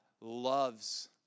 loves